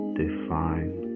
define